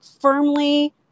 firmly